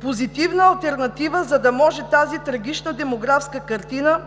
Позитивна алтернатива, за да може тази трагична демографска картина